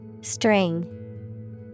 String